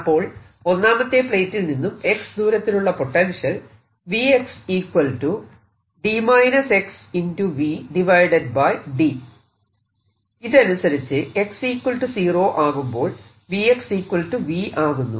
അപ്പോൾ ഒന്നാമത്തെ പ്ലേറ്റിൽ നിന്നും x ദൂരത്തിലുള്ള പൊട്ടൻഷ്യൽ ഇതനുസരിച്ച് x 0 ആകുമ്പോൾ V V ആകുന്നു